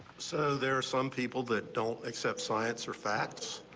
so there are some people that don't accept science or facts.